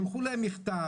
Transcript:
שלחו להם מכתב,